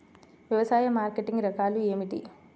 వ్యవసాయ మార్కెటింగ్ రకాలు ఏమిటి?